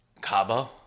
Cabo